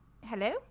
hello